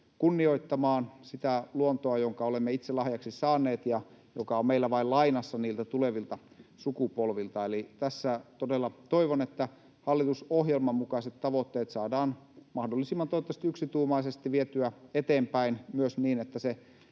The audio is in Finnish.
kunnioittamaan sitä luontoa, jonka olemme itse lahjaksi saaneet ja joka on meillä vain lainassa tulevilta sukupolvilta. Eli tässä todella toivon, että hallitusohjelman mukaiset tavoitteet saadaan toivottavasti mahdollisimman yksituumaisesti vietyä eteenpäin myös niin, että se